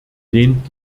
lehnt